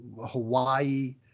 Hawaii